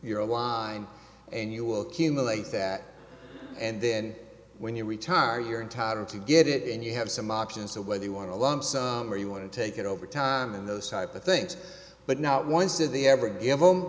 your line and you will accumulate that and then when you retire you're entitled to get it and you have some options of whether you want a lump sum or you want to take it over time and those type of things but not once did they ever give